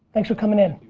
thanks for coming in,